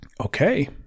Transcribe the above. okay